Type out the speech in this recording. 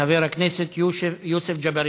חבר הכנסת יוסף ג'בארין,